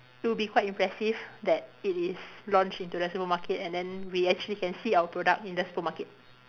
it'll quite impressive that it is launched into the supermarket and then we actually can see our product in the supermarket